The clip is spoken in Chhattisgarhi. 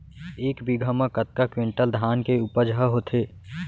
एक बीघा म कतका क्विंटल धान के उपज ह होथे?